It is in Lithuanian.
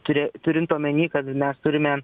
turi turint omeny kad mes turime